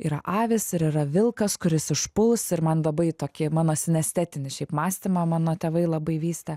yra avys ir yra vilkas kuris užpuls ir man labai tokį mano senestetinį šiaip mąstymą mano tėvai labai vystė